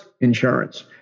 insurance